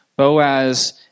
Boaz